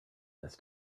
this